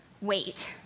wait